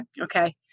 okay